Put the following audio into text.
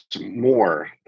more